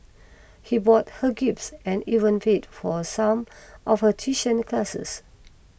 he bought her gifts and even paid for some of her tuition classes